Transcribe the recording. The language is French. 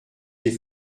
les